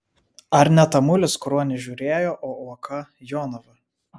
ar ne tamulis kruonį žiūrėjo o uoka jonavą